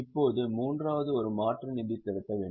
இப்போது மூன்றாவது ஒரு மாற்று நிதி திரட்ட வேண்டும்